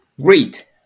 Great